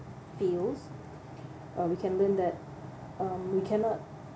feels uh we can learn that um we cannot